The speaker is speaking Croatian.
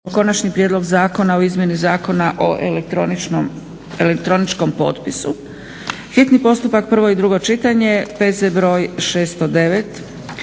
Konačni prijedlog zakona o izmjeni Zakona o elektroničkom potpisu, hitni postupak, prvo i drugo čitanje, P.Z. br. 609.